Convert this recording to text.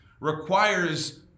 requires